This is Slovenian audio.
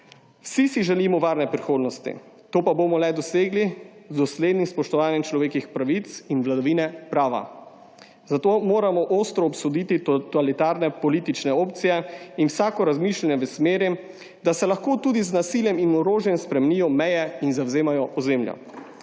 Vsi si želimo varne prihodnosti, to pa bomo dosegli le z doslednim spoštovanjem človekovih pravic in vladavine prava. Zato moramo ostro obsoditi totalitarne politične opcije in vsako razmišljanje v smeri, da se lahko tudi z nasiljem in orožjem spremenijo meje in zavzemajo ozemlja.